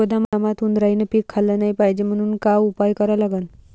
गोदामात उंदरायनं पीक खाल्लं नाही पायजे म्हनून का उपाय करा लागन?